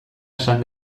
esan